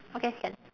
okay can